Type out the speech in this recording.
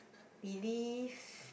Belief